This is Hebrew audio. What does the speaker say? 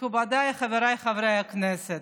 מכובדיי חבריי חברי הכנסת,